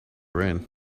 rain